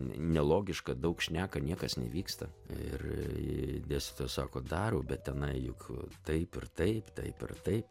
nelogiška daug šneka niekas nevyksta ir dėstytoja sako daro bet tenai juk taip ir taip taip ir taip